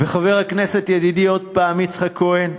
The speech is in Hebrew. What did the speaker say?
וחבר הכנסת ידידי, עוד פעם, יצחק כהן,